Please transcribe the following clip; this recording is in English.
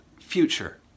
future